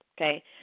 Okay